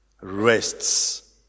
rests